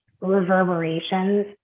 reverberations